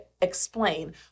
explain